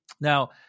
Now